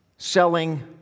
selling